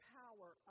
power